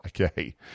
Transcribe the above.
Okay